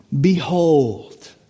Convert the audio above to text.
Behold